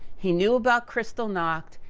he knew about kristallnacht,